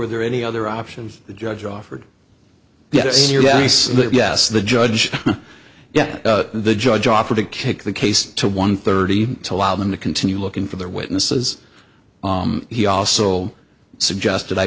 re there any other options the judge offered yes yes yes the judge yes the judge offer to kick the case to one thirty to allow them to continue looking for their witnesses he also suggested i